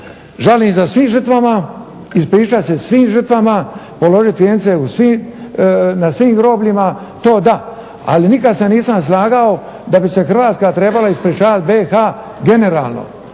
žalim za svim žrtvama, ispričat se svim žrtvama, položiti vijence na svim grobljima, to da. Ali nikada se nisam slagao da bi se Hrvatska trebala ispričavati BiH generalno.